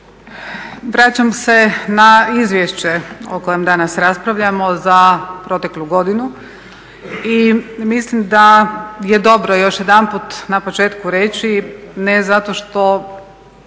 Vraćam se na izvješće o kojem danas raspravljamo za proteklu godinu i mislim da je dobro još jedanput na početku reći, ne zato što